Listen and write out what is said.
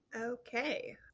Okay